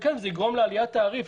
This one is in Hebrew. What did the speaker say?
זה יגרום לעליית תעריף,